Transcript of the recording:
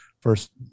first